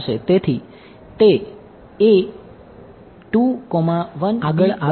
તેથી તે બનશે અને આગળ આવે છે